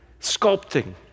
sculpting